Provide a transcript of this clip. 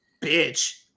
bitch